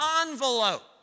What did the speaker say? envelope